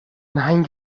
nein